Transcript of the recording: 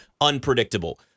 unpredictable